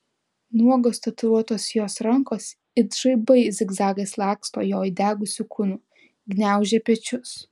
nuogos tatuiruotos jos rankos it žaibai zigzagais laksto jo įdegusiu kūnu gniaužia pečius